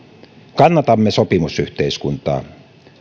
kannatamme sopimusyhteiskuntaa